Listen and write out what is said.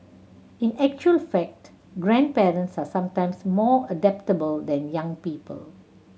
in actual fact grandparents are sometimes more adaptable than young people